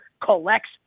collects